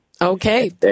Okay